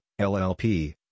LLP